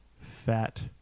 fat